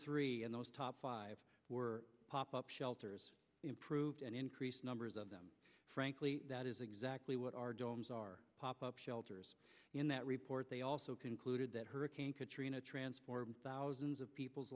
three and those top five were pop up shelters improved and increased numbers of them frankly that is exactly what our domes are pop up shelters in that report they also concluded that hurricane katrina transformed thousands of people's